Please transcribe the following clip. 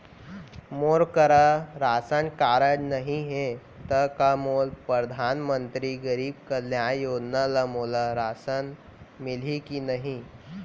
मोर करा ration card नहीं है त का मोल परधानमंतरी गरीब कल्याण योजना ल मोला राशन मिलही कि नहीं?